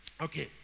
Okay